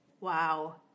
Wow